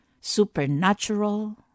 supernatural